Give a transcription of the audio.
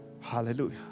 Hallelujah